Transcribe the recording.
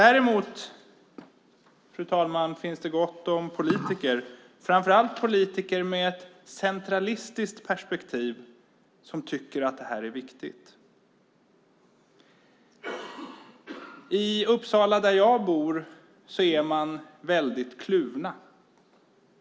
Däremot, fru talman, finns det gott om politiker - framför allt politiker med ett centralistiskt perspektiv - som tycker att det här är viktigt. I Uppsala, där jag bor, är man kluven.